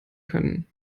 können